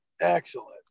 Excellent